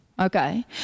Okay